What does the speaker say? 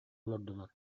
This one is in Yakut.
олордулар